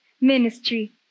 ministry